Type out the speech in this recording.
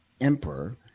emperor